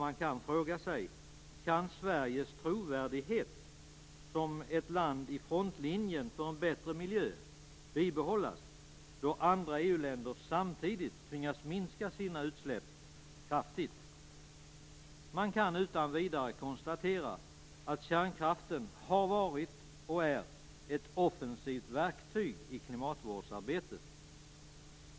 Man kan fråga sig: Kan Sveriges trovärdighet som ett land i frontlinjen för en bättre miljö bibehållas, då andra EU-länder samtidigt tvingas minska sina utsläpp kraftigt? Man kan utan vidare konstatera att kärnkraften har varit och är ett offensivt verktyg i klimatvårdsarbetet.